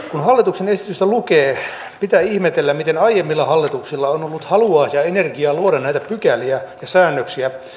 kun hallituksen esitystä lukee pitää ihmetellä miten aiemmilla hallituksilla on ollut halua ja energiaa luoda näitä pykäliä ja säännöksiä